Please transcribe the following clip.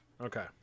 Okay